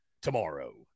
tomorrow